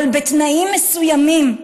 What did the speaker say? אבל בתנאים מסוימים,